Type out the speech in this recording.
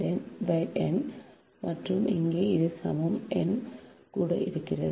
L n n மற்றும் இது இங்கே சமம் n கூட இருக்கிறது